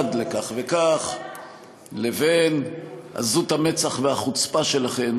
חשד לכך וכך לבין עזות המצח והחוצפה שלכן